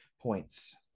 points